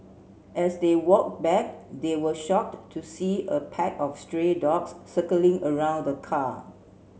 as they walked back they were shocked to see a pack of stray dogs circling around the car